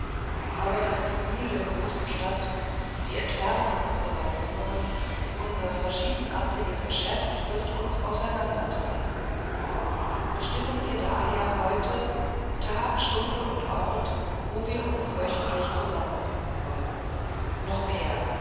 aber das gewühl der großen stadt die entfernung unserer wohnungen unser verschiedenartiges geschäft wird uns auseinandertreiben bestimmen wir daher heute tag stunde und ort wo wir uns wöchentlich zusammenfinden wollen noch mehr